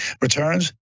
returns